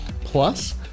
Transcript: plus